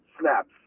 snaps